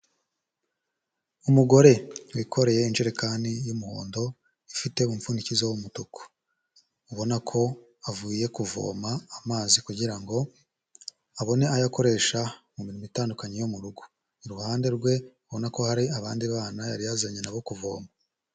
Umugore wikoreye injerekani y'umuhondo, ifite umupfundikizo w'umutuku, ubona ko avuye kuvoma amazi; kugira ngo abone ayo akoresha mu mirimoo itandukanye yo mu rugo. Iruhande rwe ubona ko hari abandi bana yari yazanye na bo kuvoma.